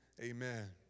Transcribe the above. amen